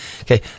Okay